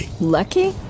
Lucky